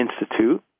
Institute